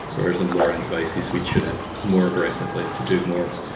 whereas in lower-end devices, we tune it more aggressively to do more